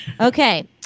Okay